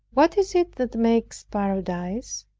what is it that makes paradise?